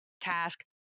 task